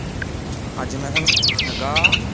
अज में थुहानू सनान लगां